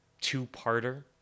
two-parter